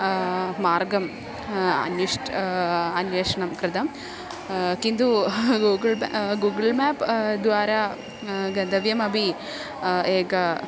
मार्गम् अन्विष्टं अन्वेषणं कृतं किन्तु गूगुळ् मे गूगुळ् मेप् द्वारा गन्दव्यमपि एकं